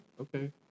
okay